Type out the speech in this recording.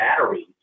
batteries